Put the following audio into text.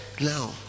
now